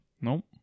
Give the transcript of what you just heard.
Nope